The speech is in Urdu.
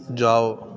جاؤ